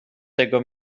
tego